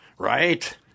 Right